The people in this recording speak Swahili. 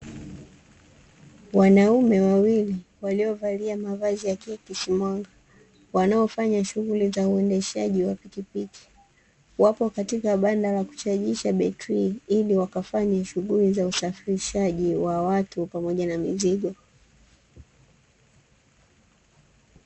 Wanaume wawili waliovalia mavazi yakiakisi mwanga wanaofanya shughuli za uendeshaji wa pikipiki, wapo katika banda la kuchajisha betrii ili wakafanye shughuli za usafirishaji wa watu pamoja na mizigo.